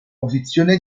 posizione